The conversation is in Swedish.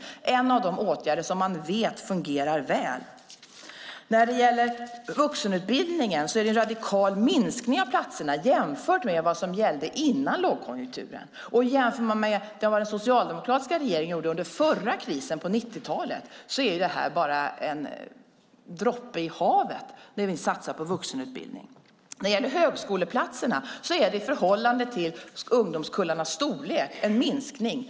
Det är en av de åtgärder som man vet fungerar väl. När det gäller vuxenutbildningen är det en radikal minskning av platserna jämfört med vad som gällde före lågkonjunkturen. Och jämför man med vad den socialdemokratiska regeringen gjorde under förra krisen, på 90-talet, är det här bara en droppe i havet när det gäller satsningar på vuxenutbildning. När det gäller högskoleplatserna är det i förhållande till ungdomskullarnas storlek en minskning.